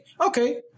okay